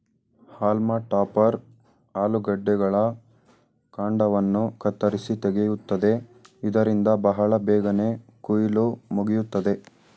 haulm topper ಆಲೂಗಡ್ಡೆಗಳ ಕಾಂಡವನ್ನು ಕತ್ತರಿಸಿ ತೆಗೆಯುತ್ತದೆ ಇದರಿಂದ ಬಹಳ ಬೇಗನೆ ಕುಯಿಲು ಮುಗಿಯುತ್ತದೆ